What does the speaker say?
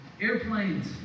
Airplanes